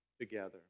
together